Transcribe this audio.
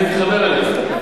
אני מתחבר אליך.